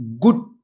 Good